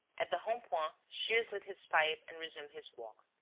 at the rond-point, shears lit his pipe and resumed his walk.